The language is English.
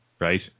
Right